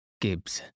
Gibbs